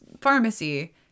pharmacy